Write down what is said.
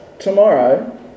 tomorrow